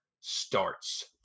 starts